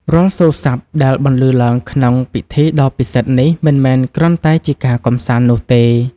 រាល់សូរស័ព្ទដែលបន្លឺឡើងក្នុងពិធីដ៏ពិសិដ្ឋនេះ មិនមែនគ្រាន់តែជាការកម្សាន្តនោះទេ